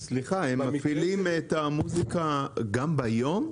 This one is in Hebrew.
סליחה, הם מפעילים את המוזיקה גם ביום?